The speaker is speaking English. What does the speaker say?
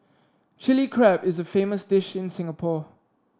Chilli Crab is a famous dish in Singapore